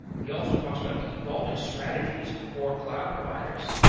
he also talks about the evolving strategies for cloud providers.